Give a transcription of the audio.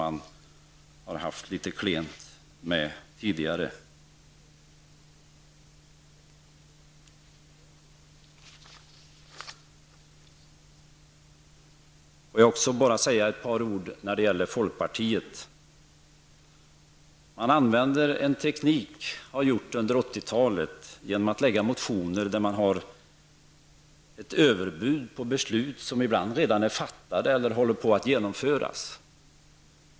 Man har ju haft litet klent med trovärdigheten tidigare. Får jag även säga ett par ord till folkpartiet. Man använder en teknik -- och har använt den under 80 talet -- att lägga motioner där man har ett överbud på beslut som ibland redan är fattade eller håller på att genomföras.